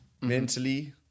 Mentally